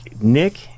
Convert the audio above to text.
Nick